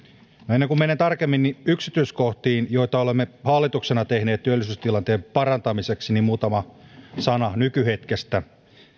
ennen kuin menen tarkemmin yksityiskohtiin joita olemme hallituksena tehneet työllisyystilanteen parantamiseksi niin muutama sana nykyhetkestä